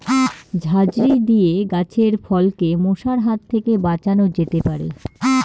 ঝাঁঝরি দিয়ে গাছের ফলকে মশার হাত থেকে বাঁচানো যেতে পারে?